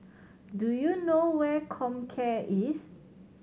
do you know where Comcare is